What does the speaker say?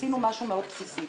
עשינו משהו מאוד בסיסי.